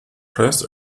press